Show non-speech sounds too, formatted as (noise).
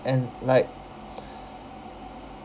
and like (breath)